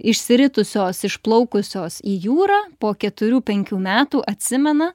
išsiritusios išplaukusios į jūrą po keturių penkių metų atsimena